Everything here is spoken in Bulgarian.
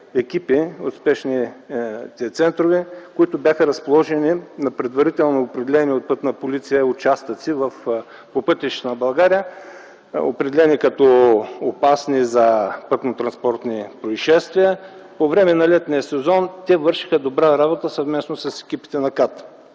екипи от спешните центрове, които бяха разположени на предварително определени от Пътна полиция участъци по пътищата на България, определени като опасни за пътнотранспортни произшествия. По време на летния сезон те вършеха добра работа съвместно с екипите на КАТ.